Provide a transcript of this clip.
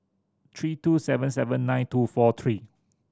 three two seven seven nine two four three